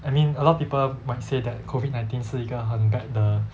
I mean a lot of people might say that COVID nineteen 是一个很 bad 的